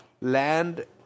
land